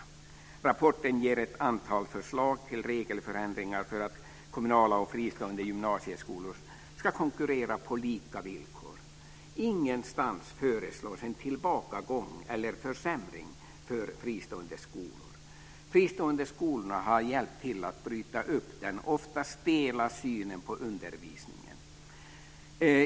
I rapporten ges ett antal förslag till regelförändringar för att kommunala och fristående gymnasieskolor ska konkurrera på lika villkor. Ingenstans föreslås en tillbakagång eller försämring för fristående skolor. De fristående skolorna har hjälpt till att bryta upp den ofta stela synen på undervisningen.